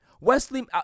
Wesley